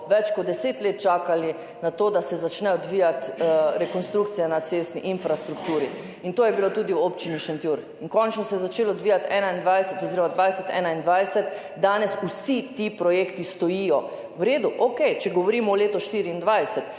več kot deset let čakali na to, da se začne odvijati rekonstrukcija na cestni infrastrukturi. In to je bilo tudi v občini Šentjur. Končno se je začelo odvijati 2020–2021, danes vsi ti projekti stojijo. V redu, okej, če govorimo o letu 2024,